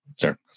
Sure